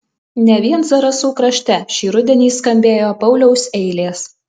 ne vien zarasų krašte šį rudenį skambėjo pauliaus eilės